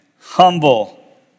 humble